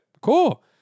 Cool